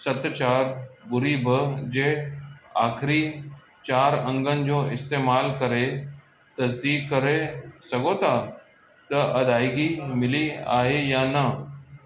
सत चार ॿुड़ी ॿ जे आख़िरी चार अंगनि जो इस्तेमालु करे तसदीक़ु करे सघो था त अदायगी मिली आहे या न